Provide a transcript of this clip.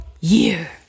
year